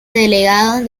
delegados